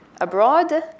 abroad